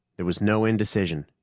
there was no indecision.